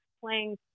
playing